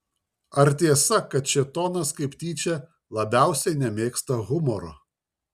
ar tiesa kad šėtonas kaip tyčia labiausiai nemėgsta humoro